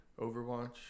overwatch